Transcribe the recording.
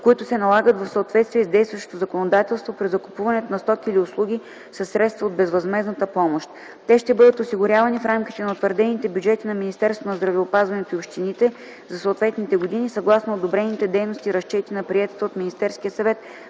които се налагат в съответствие с действащото законодателство при закупуването на стоки или услуги със средства от безвъзмездната помощ. Те ще бъдат осигурявани в рамките на утвърдените бюджети на Министерството на здравеопазването и общините за съответните години съгласно одобрените дейности и разчети на приетата от Министерския съвет